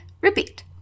Repeat